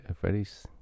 Freddie's